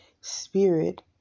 spirit